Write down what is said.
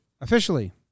Officially